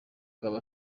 aba